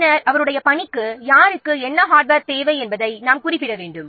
பின்னர் யாருக்கு என்ன ஹார்ட்வேர் தேவை என்பதை நாம் குறிப்பிட வேண்டும்